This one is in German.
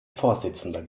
vorsitzender